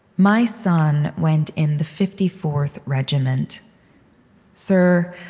my son went in the fifty fourth regiment sir,